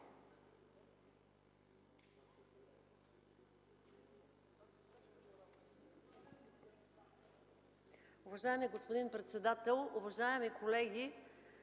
Уважаеми господин председател, уважаеми колеги,